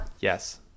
Yes